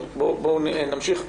אבל בואו נמשיך.